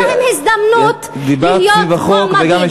יש להם הזדמנות להיות מועמדים.